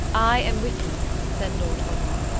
i am with you, said lord godalming,